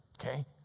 okay